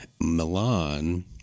Milan